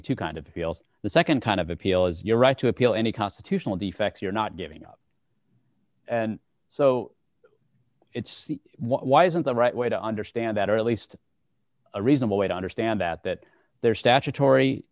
be to kind of appeal the nd kind of appeal as your right to appeal any constitutional defects you're not giving up so it's why isn't the right way to understand that or at least a reasonable way to understand that that there statutory